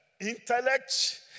intellect